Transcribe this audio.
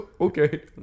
Okay